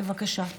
בבקשה.